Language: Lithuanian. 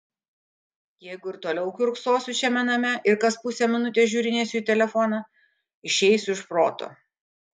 jeigu ir toliau kiurksosiu šiame name ir kas pusę minutės žiūrinėsiu į telefoną išeisiu iš proto